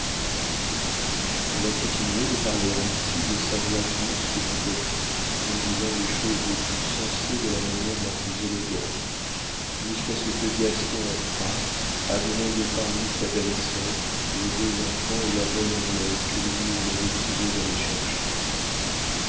elle a continué de parler ainsi de sa voix douce que tu connais en disant les choses les plus sensées de la manière la plus élégante jusqu'à ce que gaston entrât amenant de paris sa belle-sœur les deux enfants et la bonne anglaise que louise l'avait prié d'aller chercher